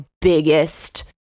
biggest